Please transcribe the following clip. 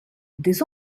des